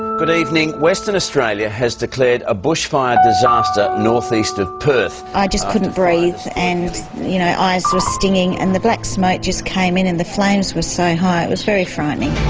good evening, western australia has declared a bushfire disaster north-east of perth. i just couldn't breathe and my you know eyes were stinging and the black smoke just came in and the flames were so high it was very frightening.